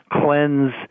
cleanse